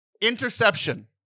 Interception